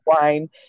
wine